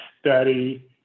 study